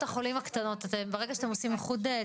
את האפשרות לקבל את ההנחה בלי לעשות איזושהי